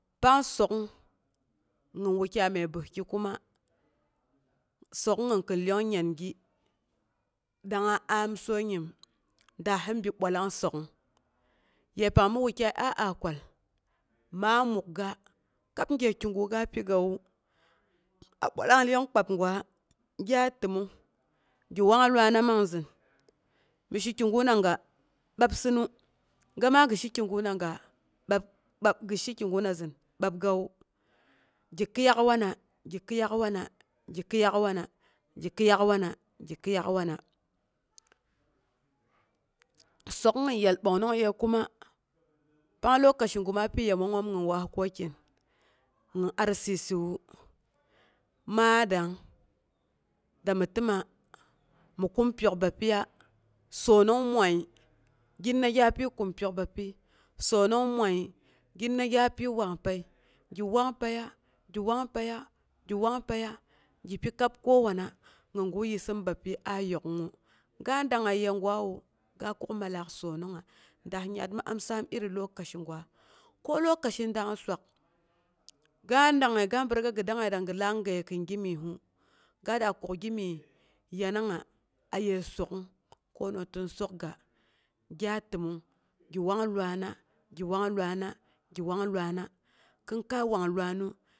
Pang sok'ung gin wukya məi bəski kuma sok'ung gin cyong nyangi dangnga am sonyim daa hin bi bwalang sok'ung. Yepang mi wakyai a a kwal maa mukga kab gyekigu ga pigawu, a bwalang lyong kpak gwa, gya təomong gi wang luana man zin mi shi kigunaga babsinu gimaa gi she kiguna zin babgawu, gi kɨiyak wana, gi kɨiyak wana, gi kɨyak wana, gi kɨiyak wana. Sok'ung gin yal bong nongyei kuma pang lokaa gu ma pi yemong ngoom gin waas cocin nim rccwu, maa dangng dami təma mi kum pyonk bapyiya sonong moi ginna gya pi kum pyok bapyi sonong moi ginna gya pi wangpəi, gi wanpəiya, gi wangpəiya gi wangpəiya gi pi kab kowana nimgu yissim bapyi a yok'ungngu ga dangnga yegwawu ga kuk mallak sonongnga daas yaat mi am saaam iri lokaci gwa, ko lokaci dang swak ga dangngei ga bi riga gi langame kin gimyesu ga da kuk gimyes yanangnga aye sok'ung kona tin sokga, gyaa təmong gi wang laaana gi wang luana, gi wang luaana, kin kai wan luannu.